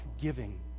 giving